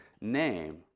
name